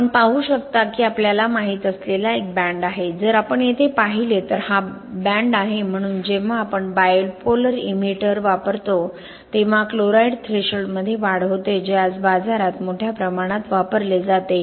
आपण पाहू शकता की आपल्याला माहित असलेला एक बँड आहे जर आपण येथे पाहिले तर हा बँड आहे म्हणून जेव्हा आपण बायपोलर इनहिबिटर वापरतो तेव्हा क्लोराईड थ्रेशोल्डमध्ये वाढ होते जे आज बाजारात मोठ्या प्रमाणात वापरले जाते